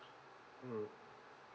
mm